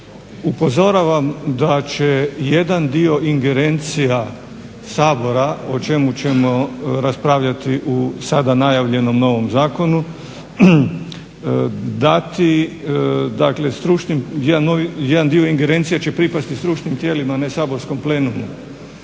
Upozoravam da će jedan dio ingerencija Sabora o čemu ćemo raspravljati u sada najavljenom novom zakonu dati dakle stručnim, jedan dio ingerencija će pripasti stručnim tijelima, a ne saborskom plenumu.